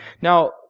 Now